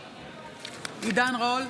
בעד עידן רול,